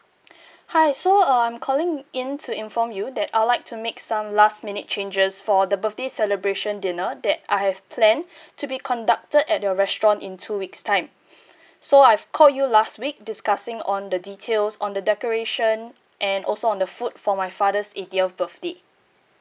hi so uh I'm calling in to inform you that I'd like to make some last minute changes for the birthday celebration dinner that I have planned to be conducted at your restaurant in two weeks time so I've called you last week discussing on the details on the decoration and also on the food for my father's eightieth birthday